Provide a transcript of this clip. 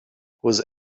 was